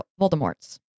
Voldemort's